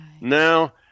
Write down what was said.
now